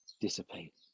dissipate